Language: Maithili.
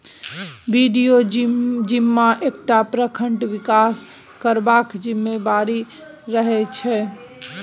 बिडिओ जिम्मा एकटा प्रखंडक बिकास करबाक जिम्मेबारी रहैत छै